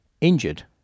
injured